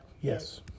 yes